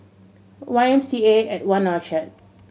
Y M C A at One Orchard